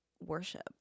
worship